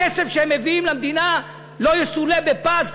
הכסף שהם מביאים למדינה לא יסולא בפז.